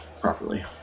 properly